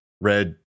Red